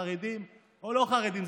חרדים או לא חרדים,